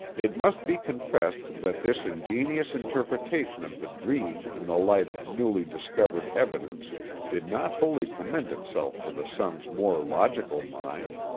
it must be confessed that this ingenious interpretation of the dream in the light of newly discovered evidence did not wholly commend itself to the son's more logical mind